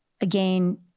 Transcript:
Again